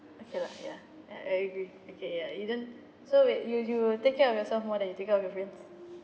okay lah ya I I agree okay ya you don't so wait you you'll take care of yourself more than you take care of your friends